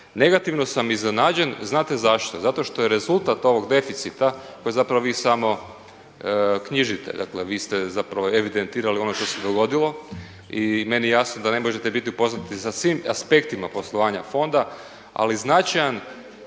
Negativno sam iznenađen znate zašto? Zato što je rezultat ovog deficita kojeg zapravo vi samo knjižite, dakle vi ste zapravo evidentirali ono što se dogodilo i meni je jasno da ne možete biti upoznati sa svim aspektima poslovanja fonda ali značajan